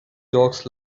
jocks